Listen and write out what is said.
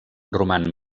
roman